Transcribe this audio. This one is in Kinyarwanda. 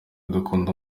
dukunda